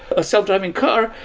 a self-driving car,